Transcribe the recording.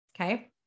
Okay